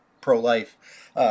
pro-life